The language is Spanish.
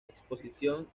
exposición